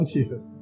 Jesus